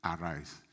Arise